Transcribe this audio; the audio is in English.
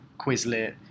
Quizlet